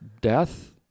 death